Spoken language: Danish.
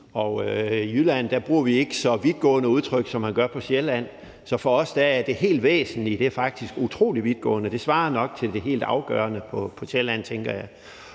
I Jylland bruger vi ikke så vidtgående udtryk, som man gør på Sjælland, så for os er det »helt væsentlige« faktisk utrolig vidtgående. Det svarer nok til det »helt afgørende« på Sjælland, tænker jeg.